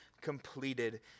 completed